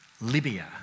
Libya